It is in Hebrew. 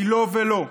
לא ולא.